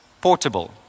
portable